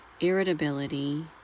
irritability